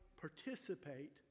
participate